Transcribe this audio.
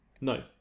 No